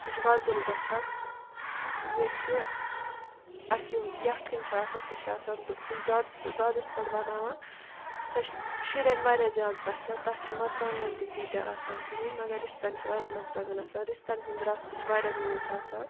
سُہ چھِ وۄزُل گژھان یہِ کہِ اَسہِ یِم یَکھٕنۍ چھِ آسان سُہ چھِ آسان دو سُہ چھِ دۄدس دۄدَس پٮ۪ٹھ بَناوان سۄ چھِ شُرٮ۪ن واریاہ زیادٕ پَسنٛد تَتھ چھِنہٕ مرژٕوانٛگنَن تہِ تیٖتیٛاہ آسان کِہیٖنۍ مگر رِستَن چھِ واریاہ مرژٕوانٛگَن رِستَن ہُنٛد رَس تہِ چھُ واریاہ میوٗٹھ آسان